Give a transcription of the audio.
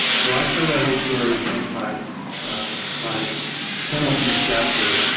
so i tell that whole story in my my penultimate chapter,